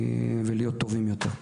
ולהיות טובים יותר.